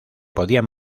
podían